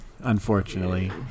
Unfortunately